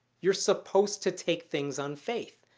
you're supposed to take things on faith.